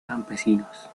campesinos